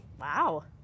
Wow